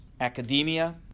academia